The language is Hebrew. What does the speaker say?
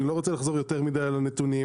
ואני לא רוצה לחזור יותר מדי על הנתונים.